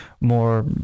more